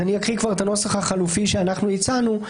אני אקריא את הנוסח החלופי שאנחנו הצענו,